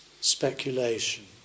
speculation